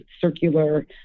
circular